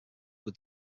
were